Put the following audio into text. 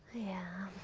yeah.